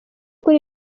kuri